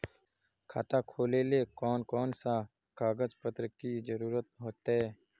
खाता खोलेले कौन कौन सा कागज पत्र की जरूरत होते?